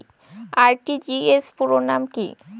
RTGS পুরো নাম কি?